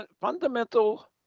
fundamental